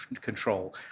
control